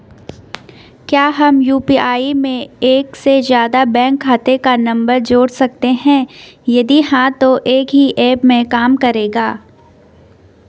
क्या हम यु.पी.आई में एक से ज़्यादा बैंक खाते का नम्बर जोड़ सकते हैं यदि हाँ तो एक ही ऐप में काम करेगा?